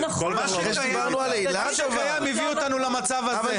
מה שקיים הביא אותנו למצב הזה.